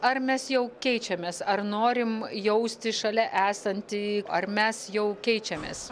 ar mes jau keičiamės ar norim jausti šalia esantį ar mes jau keičiamės